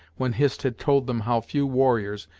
when hist had told them how few warriors,